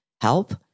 help